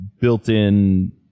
built-in